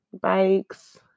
Bikes